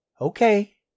Okay